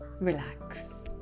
relax